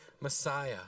Messiah